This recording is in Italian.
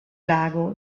lago